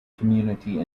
community